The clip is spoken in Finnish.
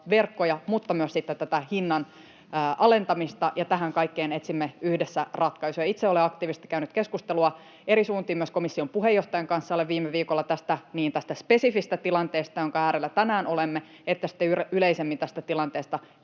verkkoja että myös tätä hinnan alentamista, ja tähän kaikkeen etsimme yhdessä ratkaisuja. Itse olen aktiivisesti käynyt keskustelua eri suuntiin: myös komission puheenjohtajan kanssa olen viime viikolla sekä tästä spesifistä tilanteesta, jonka äärellä tänään olemme, että sitten yleisemmin tästä tilanteesta